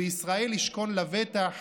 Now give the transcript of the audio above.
וישראל ישכון לבטח,